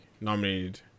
nominated